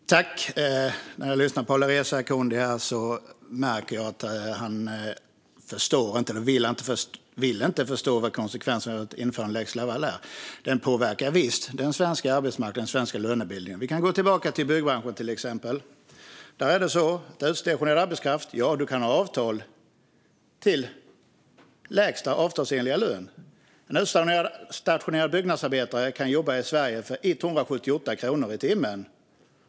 Fru talman! När jag lyssnar på Alireza Akhondi märker jag att han inte förstår eller inte vill förstå konsekvenserna av införandet av lex Laval. Den påverkar visst den svenska arbetsmarknaden och den svenska lönebildningen. Vi kan gå tillbaka till byggbranschen. Där är det så att utstationerad arbetskraft kan ha avtal om lägsta avtalsenliga lön. En utstationerad byggnadsarbetare kan jobba i Sverige för 178 kronor i timmen.